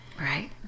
Right